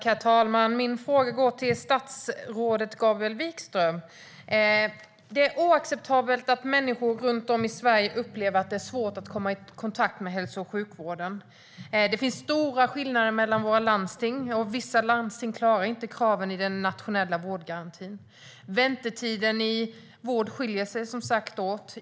Herr talman! Min fråga går till statsrådet Gabriel Wikström. Det är oacceptabelt att människor runt om i Sverige upplever att det är svårt att komma i kontakt med hälso och sjukvården. Det finns stora skillnader mellan våra landsting. Vissa landsting klarar inte kraven i den nationella vårdgarantin. Väntetiden i vården skiljer sig som sagt åt.